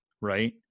right